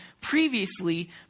previously